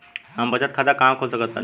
हम बचत खाता कहां खोल सकत बानी?